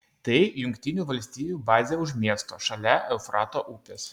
tai jungtinių valstijų bazė už miesto šalia eufrato upės